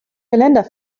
geländer